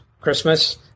Christmas